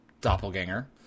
Doppelganger